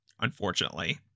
unfortunately